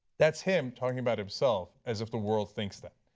that is him talking about himself. as if the world thinks that,